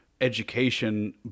education